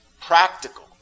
practical